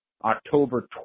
October